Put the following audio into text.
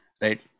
right